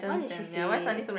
what did she say